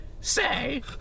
say